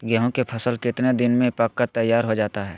गेंहू के फसल कितने दिन में पक कर तैयार हो जाता है